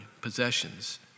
possessions